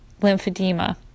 lymphedema